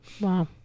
Wow